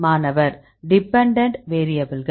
மாணவர் டிபெண்டன்ட் வேரியபில்கள்